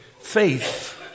faith